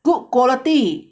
good quality